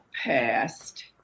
passed